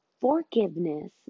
forgiveness